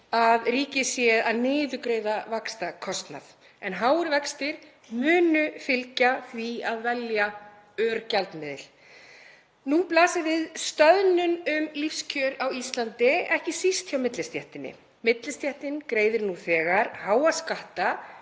að ríkið sé að niðurgreiða vaxtakostnað, en háir vextir munu fylgja því að velja örgjaldmiðil. Nú blasir við stöðnun um lífskjör á Íslandi, ekki síst hjá millistéttinni. Millistéttin greiðir nú þegar háa skatta